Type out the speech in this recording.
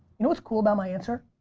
you know what's cool about my answer?